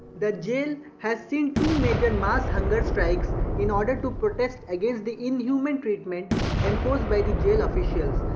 the jail has seen two major mass hunger strikes in order to protest against the inhuman treatment enforced by the jail officials,